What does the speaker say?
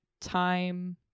time